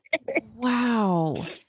Wow